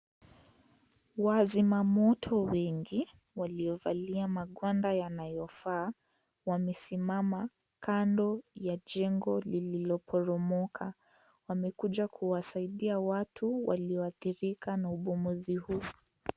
Wazima moto wengi waliovalia magwanda yanayofaa wamesimama kando ya jengo lililoporomoka. Wamekuja kuwasaidia watu walioadhirika na ubomozi huu.